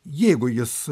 jeigu jis